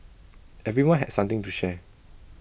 everyone had something to share